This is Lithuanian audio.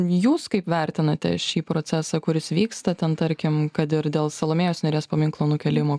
jūs kaip vertinate šį procesą kuris vyksta ten tarkim kad ir dėl salomėjos nėries paminklo nukėlimo